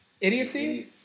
Idiocy